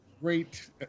great